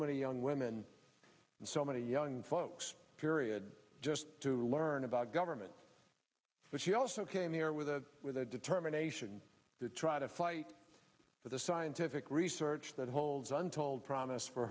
many young women and so many young folks period just to learn about government but she also came here with a with a determination to try to fight for the scientific research that holds untold promise for